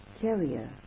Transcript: carrier